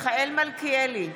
מיכאל מלכיאלי,